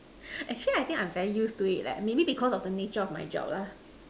actually I think I'm very used to it like maybe because of the nature of my job lah